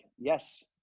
yes